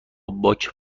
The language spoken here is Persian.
باک